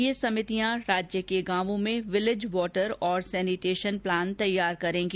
ये समितियां राज्य के गांवों में विलेज वाटर और सेनिटेशन प्लान तैयार करेगी